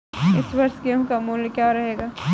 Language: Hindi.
इस वर्ष गेहूँ का मूल्य क्या रहेगा?